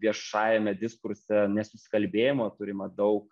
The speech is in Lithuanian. viešajame diskurse nesusikalbėjimo turima daug